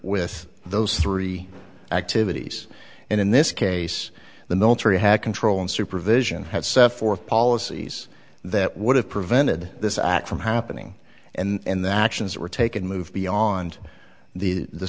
with those three activities and in this case the military had control and supervision had set forth policies that would have prevented this act from happening and that actions were taken move beyond the the